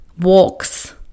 walks